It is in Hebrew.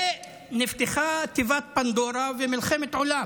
ונפתחה תיבת פנדורה ומלחמת עולם.